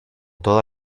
toda